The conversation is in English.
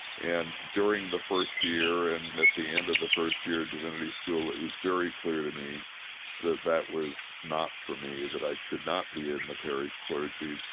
and during the first year and at the end of the first year of divinity school it was very clear to me that that was not for me, that i should not be in the parish clergy,